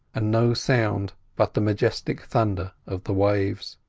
and no sound but the majestic thunder of the waves.